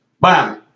bam